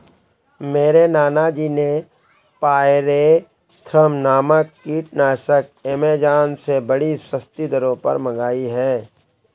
मेरे नाना जी ने पायरेथ्रम नामक कीटनाशक एमेजॉन से बड़ी सस्ती दरों पर मंगाई है